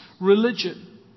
religion